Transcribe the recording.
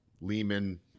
Lehman